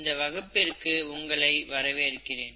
இந்த வகுப்பிற்கு உங்களை வரவேற்கிறேன்